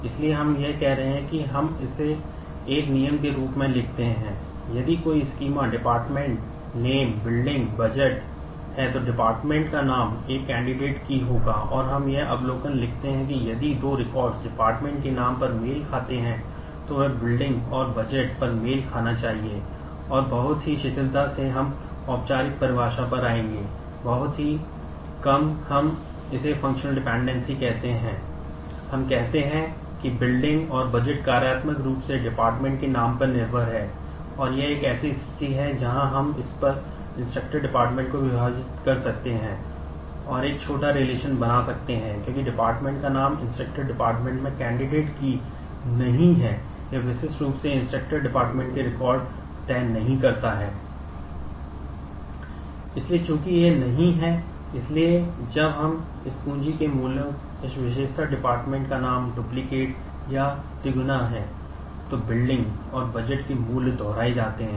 इसलिए चूंकि यह नहीं है इसलिए जब इस कुंजी बनाएं